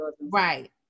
right